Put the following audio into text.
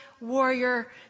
warrior